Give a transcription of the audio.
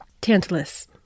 Tantalus